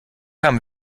haben